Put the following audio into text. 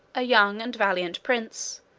a young and valiant prince,